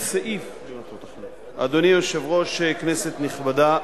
אדוני היושב-ראש, כנסת נכבדה,